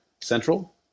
Central